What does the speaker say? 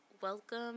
Welcome